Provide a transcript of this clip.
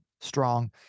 strong